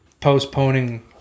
postponing